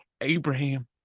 Abraham